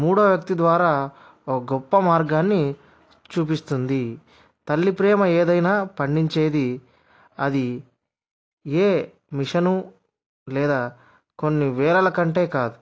మూడవ వ్యక్తి ద్వారా ఒక గొప్ప మార్గాన్ని చూపిస్తుంది తల్లి ప్రేమ ఏదైనా పండించేది అది ఏ మిషను లేదా కొన్ని వేల కంటే కాదు